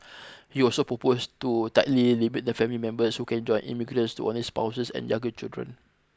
he also proposed to tightly limit the family members who can join immigrants to only spouses and younger children